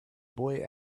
boy